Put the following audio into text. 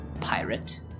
pirate